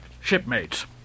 shipmates